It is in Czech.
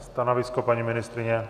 Stanovisko paní ministryně?